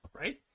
right